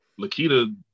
Lakita